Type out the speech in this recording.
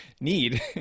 need